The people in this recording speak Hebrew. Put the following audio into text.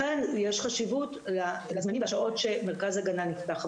לכן יש חשיבות לזמנים והשעות שמרכז הגנה נפתח.